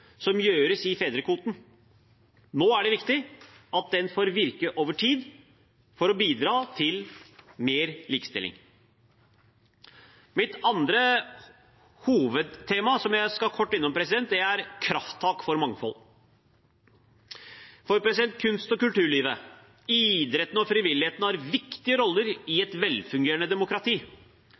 som gjøres i fedrekvoten. Nå er det viktig at den får virke over tid for å bidra til mer likestilling. Mitt andre hovedtema, som jeg skal kort innom, er krafttak for mangfold. Kunst- og kulturlivet, idretten og frivilligheten har viktige roller i et velfungerende demokrati.